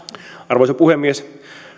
arvoisa puhemies